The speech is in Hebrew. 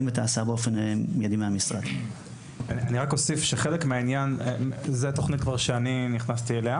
אני רק אוסיף שחלק מהעניין זוהי תכנית שאני כבר נכנסתי אליה